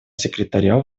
секретаря